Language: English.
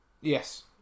Yes